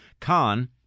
Khan